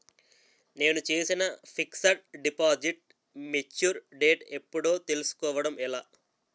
నేను చేసిన fixed deposit mature date ఎప్పుడో తెల్సుకోవడం ఎలా?